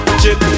chip